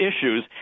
issues